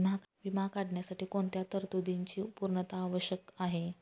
विमा काढण्यासाठी कोणत्या तरतूदींची पूर्णता आवश्यक आहे?